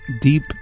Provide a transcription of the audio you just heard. Deep